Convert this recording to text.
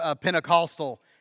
Pentecostal